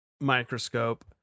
microscope